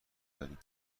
داریم